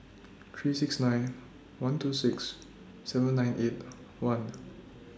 three six nine one two six seven nine eight one